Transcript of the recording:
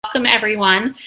welcome, everyone.